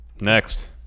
Next